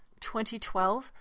2012